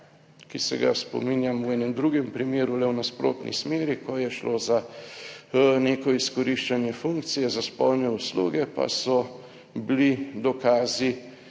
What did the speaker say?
ki se ga spominjam v enem drugem primeru, le v nasprotni smeri, ko je šlo za neko izkoriščanje funkcije za spolne usluge, pa so bili dokazi